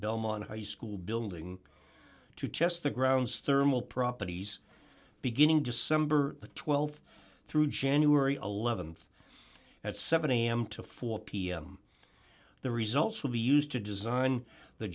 belmont high school building to test the grounds thermal properties beginning december the th through january th at seven am to four pm the results will be used to design the